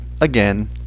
again